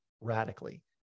radically